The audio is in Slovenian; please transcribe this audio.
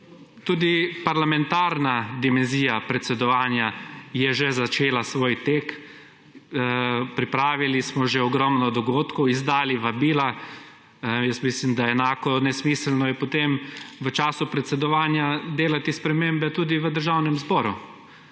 tudi parlamentarna dimenzija predsedovanja je že začela svoj tek, pripravili smo že ogromno dogodkov, izdali vabila, jaz mislim da enako nesmiselno je potem v času predsedovanja delati spremembe tudi v Državnemu zboru.